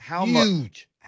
Huge